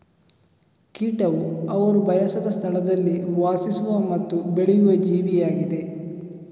ಕೀಟವು ಅವರು ಬಯಸದ ಸ್ಥಳದಲ್ಲಿ ವಾಸಿಸುವ ಮತ್ತು ಬೆಳೆಯುವ ಜೀವಿಯಾಗಿದೆ